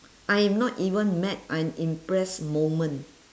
I am not even mad I'm impressed moment